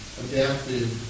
adaptive